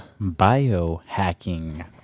biohacking